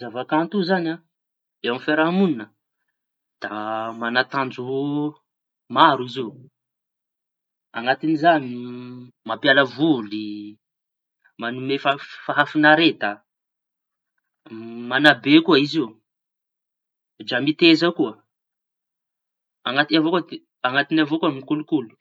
Zava-kanto io zañy eo amiñy fiaraha-moñina da maña tanjo maro izy io. Añatin'izany mampiala voly manome fahafi- fahafiñareta mañabea koa izy io. Dra mitaiza koa añatiny avao koa ty añatiny avao koa ny mikolokolo.